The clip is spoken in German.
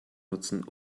nutzen